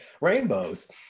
rainbows